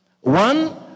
One